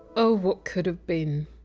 oh, what could have been